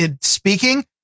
speaking